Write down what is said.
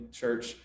church